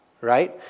right